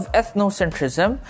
ethnocentrism